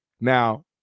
Now